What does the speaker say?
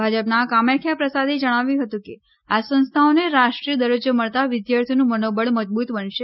ભાજપના કામાખ્યા પ્રસાદે જણાવ્યું હતું કે આ સંસ્થાઓને રાષ્ટ્રીય દરજ્જો મળતાં વિદ્યાર્થીઓનું મનોબળ મજબૂત બનશે